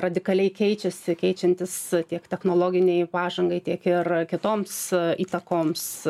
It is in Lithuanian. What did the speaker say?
radikaliai keičiasi keičiantis tiek technologinei pažangai tiek ir kitoms įtakoms